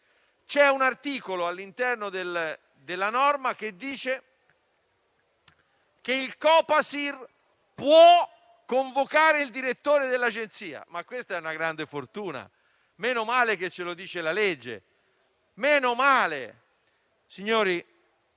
C'è un articolo all'interno della norma che dice che il Copasir può convocare il direttore generale dell'Agenzia: ma questa è una grande fortuna! Meno male che ce lo dice la legge, meno male. Signori,